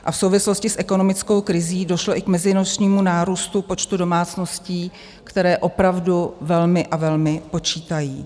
A v souvislosti s ekonomickou krizí došlo i k meziročnímu nárůstu počtu domácností, které opravdu velmi a velmi počítají.